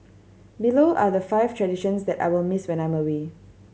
below are the five traditions that I will miss when I'm away